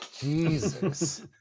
Jesus